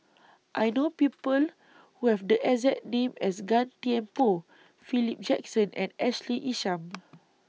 I know People Who Have The exact name as Gan Thiam Poh Philip Jackson and Ashley Isham